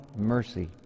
mercy